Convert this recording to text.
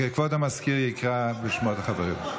כבוד המזכיר יקרא בשמות החברים.